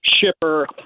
shipper